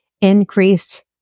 increased